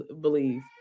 believe